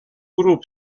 grup